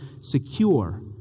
secure